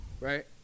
right